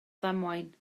ddamwain